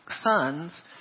sons